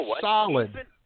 solid